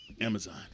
Amazon